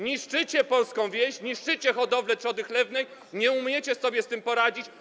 Niszczycie polską wieś, niszczycie hodowlę trzody chlewnej, nie umiecie sobie z tym poradzić.